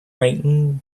brightened